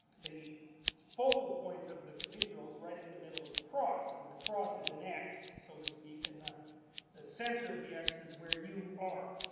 the focal point of the cathedral is right at the middle of the cross. and the cross is an x, so to speak, and the the centre of the x is where you are.